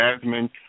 Jasmine